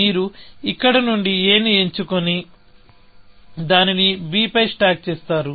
మీరు ఇక్కడ నుండి a ని ఎంచుకొని దానిని b పై స్టాక్ చేస్తారు